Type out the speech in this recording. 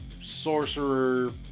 sorcerer